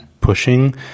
pushing